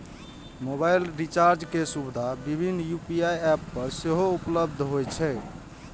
mobile recharge के सुविधा विभिन्न यू.पी.आई एप पर सेहो उपलब्ध होइ छै